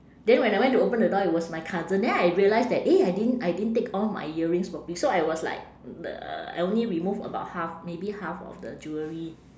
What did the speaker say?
then when I went to open the door it was my cousin then I realise that eh I didn't I didn't take all my earrings properly so I was like uh I only remove about half maybe half of the jewellery